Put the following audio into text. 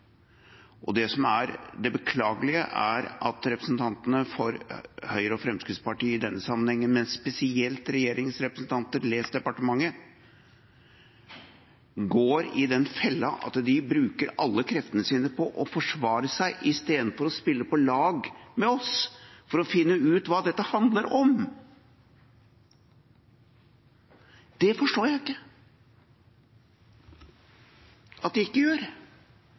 Og det som er det beklagelige, er at representantene for Høyre og Fremskrittspartiet i denne sammenhengen, men spesielt regjeringas representanter – les: departementet – går i den fella at de bruker alle kreftene sine på å forsvare seg istedenfor å spille på lag med oss for å finne ut hva dette handler om. Det forstår jeg ikke at de ikke gjør.